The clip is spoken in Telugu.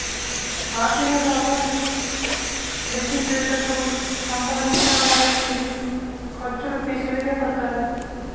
ఆర్థిక లాభాన్ని లెక్కించేటప్పుడు సంపాదించిన ఆదాయం నుండి ఖర్చులు తీసివేయబడతాయి